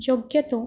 योग्य तो